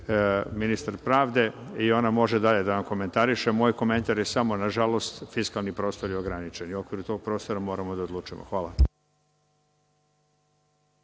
ministar pravde, i ona može dalje da vam komentariše. Moj komentar je samo nažalost u fiskalnim prostorima ograničen i okviru tog prostora moramo da odlučujemo. Hvala.